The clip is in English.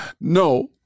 no